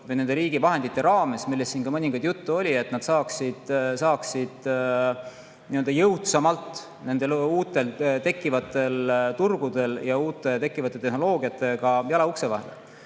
neid riigi vahendeid, millest siin mõningat juttu oli, et nad saaksid jõudsamalt uutel tekkivatel turgudel ja uute tekkivate tehnoloogiatega jala ukse vahele.